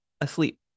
asleep